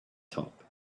top